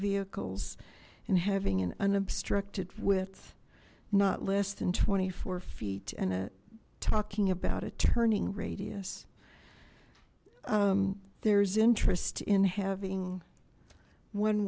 vehicles and having an unobstructed width not less than twenty four feet and talking about a turning radius there's interest in having one